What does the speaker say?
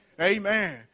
Amen